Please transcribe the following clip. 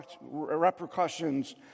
repercussions